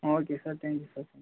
okay sir thank you sir